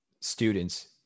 students